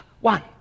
One